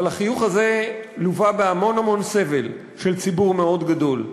אבל החיוך הזה לווה בהמון המון סבל של ציבור מאוד גדול,